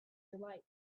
delight